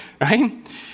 right